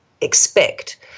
expect